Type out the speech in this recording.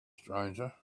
stranger